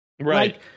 Right